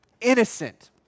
innocent